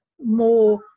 more